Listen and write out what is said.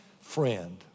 friend